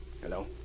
Hello